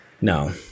No